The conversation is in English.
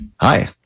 Hi